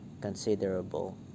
considerable